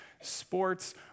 sports